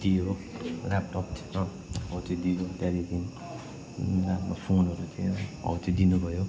दियो ल्यापटप छ हौ त्यो दियो त्यहाँदेखि फोनहरू हौ त्यो दिनुभयो